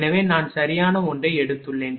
எனவே நான் சரியான ஒன்றை எடுத்துள்ளேன்